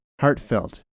heartfelt